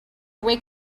wake